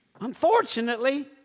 Unfortunately